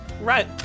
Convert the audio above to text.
right